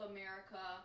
America